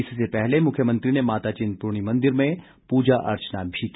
इससे पहले मुख्यमंत्री ने माता चिन्तपूर्णी मंदिर में पूजा अर्चना भी की